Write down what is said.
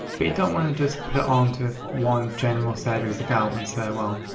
but you don't wanna just put it all into one general savings account and say well,